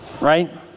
right